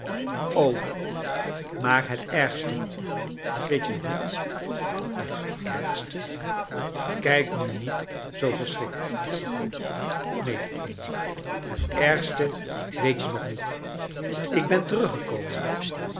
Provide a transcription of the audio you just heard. maar het ergste weet je nog niet het ergste kijk nu niet zoo verschrikt neen amy het ergste weet je nog niet ik ben teruggekomen